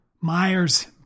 Myers